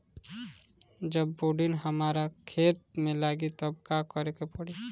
जब बोडिन हमारा खेत मे लागी तब का करे परी?